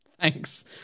Thanks